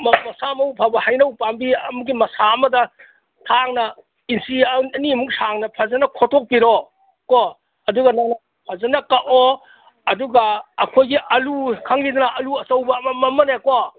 ꯃꯁꯥ ꯃꯎ ꯐꯥꯕ ꯍꯩꯅꯧ ꯄꯥꯝꯕꯤ ꯑꯃꯒꯤ ꯃꯁꯥ ꯑꯃꯗ ꯊꯥꯡꯅ ꯏꯟꯆꯤ ꯑꯅꯤꯃꯨꯛ ꯁꯥꯡꯅ ꯐꯖꯅ ꯈꯣꯇꯣꯛꯄꯤꯔꯣ ꯀꯣ ꯑꯗꯨꯒ ꯅꯪꯅ ꯐꯖꯅ ꯀꯛꯑꯣ ꯑꯗꯨꯒ ꯑꯈꯣꯏꯒꯤ ꯑꯥꯂꯨ ꯈꯪꯉꯤꯗꯅ ꯑꯥꯂꯨ ꯑꯆꯧꯕ ꯑꯃꯃꯝ ꯃꯅꯦꯀꯣ